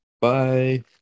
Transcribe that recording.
Bye